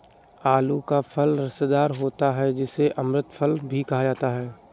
आलू का फल रसदार होता है जिसे अमृत फल भी कहा जाता है